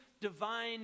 divine